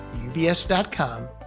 ubs.com